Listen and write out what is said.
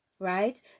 right